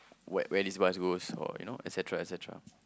where where this bus goes or you know etcetera etcetera